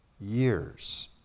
years